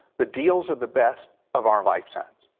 the deals are the best of our lifetimes.